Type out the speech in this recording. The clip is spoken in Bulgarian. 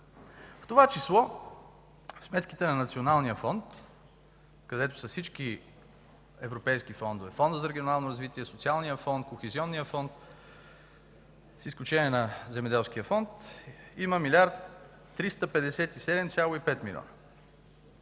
в това число сметките на Националния фонд, където са всички европейски фондове – Фондът за регионално развитие, Социалният фонд, Кохезионният фонд, с изключение на Земеделския фонд има 1 млрд.